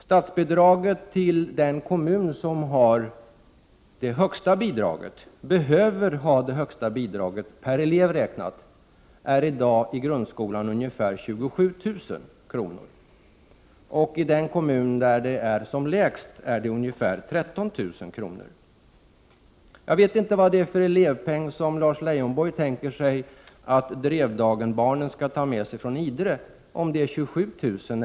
Statsbidraget till den kommun som behöver ha det högsta bidraget är i dag i grundskolan ungefär 27 000 kr. per elev. I den kommun där statsbidragen är lägst uppgår de till ungefär 13 000 kr. Jag vet inte vad det är för elevpeng som Lars Leijonborg tänker sig att Drevdagenbarnen skall ta med sig från Idre. Är det 27 000 kr.